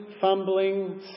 fumbling